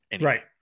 Right